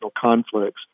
conflicts